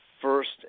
first